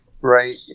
Right